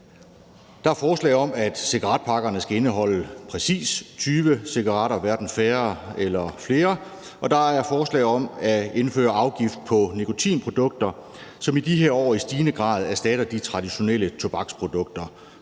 Der er forslag om, at cigaretpakkerne skal indeholde præcis 20 cigaretter, hverken færre eller flere, og der er forslag om at indføre afgift på nikotinprodukter, som i de her år i stigende grad erstatter de traditionelle tobaksprodukter,